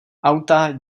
auta